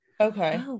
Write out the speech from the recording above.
Okay